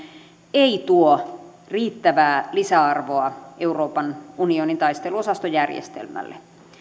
ei tuo riittävää lisäarvoa euroopan unionin taisteluosastojärjestelmälle